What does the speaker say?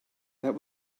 that